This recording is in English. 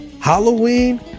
Halloween